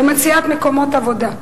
במציאת מקומות עבודה.